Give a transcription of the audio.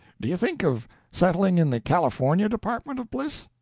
do you think of settling in the california department of bliss?